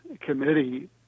committee